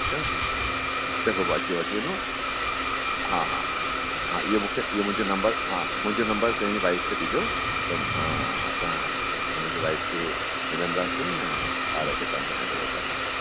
ठीकु आहे चङो अचो वठी वञो हा हा हा ईअं मूंखे ईअं मुंहिंजे नंबर हा मुंहिंजो नंबर पंहिंजी वाइफ खे ॾिजो त अ असां हुन खे वाइफ खे मिलंदासीं ऐं ॿार खे तव्हां जे हैंडओवर कंदासीं